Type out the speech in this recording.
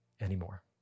anymore